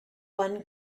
one